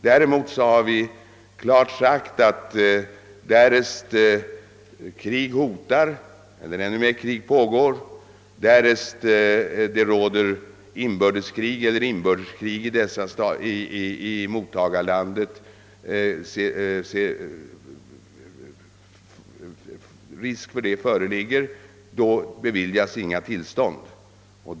Däremot har vi klart sagt att därest krig hotar eller — ännu viktigare — krig pågår, därest det råder inbördeskrig eller risk därför i mottagarlandet beviljas inga tillstånd.